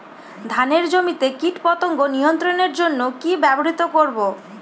ধানের জমিতে কীটপতঙ্গ নিয়ন্ত্রণের জন্য কি ব্যবহৃত করব?